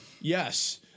Yes